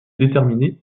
déterminé